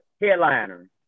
headliner